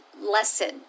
lesson